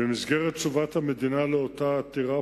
במסגרת תשובת המדינה לאותה העתירה,